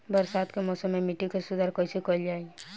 बरसात के मौसम में मिट्टी के सुधार कईसे कईल जाई?